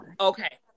Okay